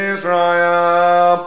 Israel